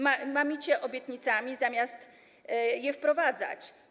Mamicie obietnicami, zamiast je wprowadzać.